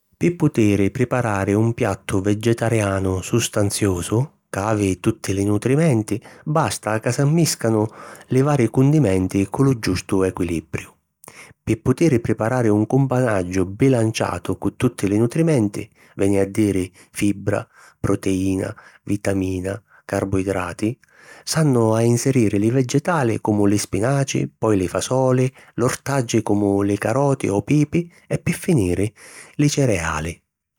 Pi putiri priparari un piattu vegetarianu sustanziusu, ca havi tutti li nutrimenti, basta ca si mmìscanu li vari cundimenti cu lu giustu equilibriu. Pi putiri priparari un cumpanaggiu bilanciatu cu tutti li nutrimenti, veni a diri: fibra, proteìna, vitamina e carboidrati, s'hannu a inseriri li vegetali, comu li spinaci, poi li fasoli, l'ortaggi comu li caroti o pipi e pi finiri li cereali.